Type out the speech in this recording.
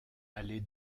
aller